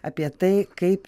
apie tai kaip